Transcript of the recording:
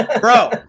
Bro